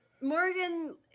Morgan